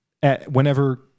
whenever